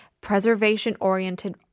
preservation-oriented